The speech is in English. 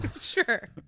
Sure